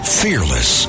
fearless